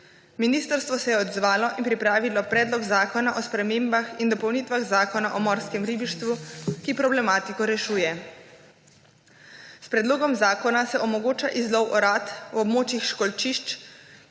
Ministrstvo se je odzvalo in pripravilo Predlog zakona o spremembah in dopolnitvah Zakona o morskem ribištvu, ki problematiko rešuje. S predlogom zakona se omogoča izlov orad v območjih školjčišč,